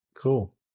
cool